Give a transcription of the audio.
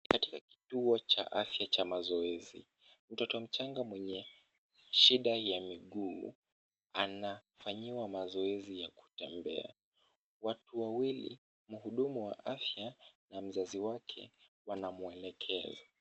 Katika kituo cha afya cha mazoezi. Mtoto mchanga mwenye shida ya miguu anafanyiwa mazoezi ya kutembea. Watu wawili, mhudumu wa afya na mzazi wake, wanamwelekeza.